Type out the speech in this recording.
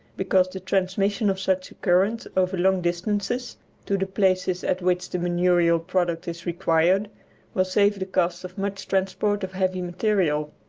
because the transmission of such a current over long distances to the places at which the manurial product is required will save the cost of much transport of heavy material.